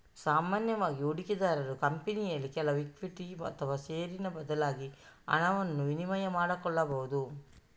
ಸಾಮಾನ್ಯವಾಗಿ ಹೂಡಿಕೆದಾರರು ಕಂಪನಿಯಲ್ಲಿ ಕೆಲವು ಇಕ್ವಿಟಿ ಅಥವಾ ಷೇರಿಗೆ ಬದಲಾಗಿ ಹಣವನ್ನ ವಿನಿಮಯ ಮಾಡಿಕೊಳ್ಬಹುದು